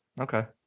Okay